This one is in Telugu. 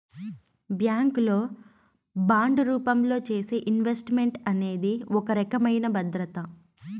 బ్యాంక్ లో బాండు రూపంలో చేసే ఇన్వెస్ట్ మెంట్ అనేది ఒక రకమైన భద్రత